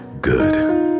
good